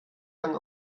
lang